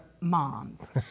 moms